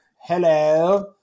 hello